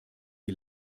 die